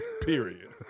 Period